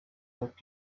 looked